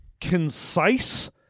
concise